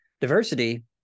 diversity